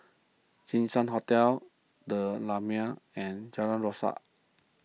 Jinshan Hotel the Lumiere and Jalan Rasok